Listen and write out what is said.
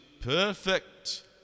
perfect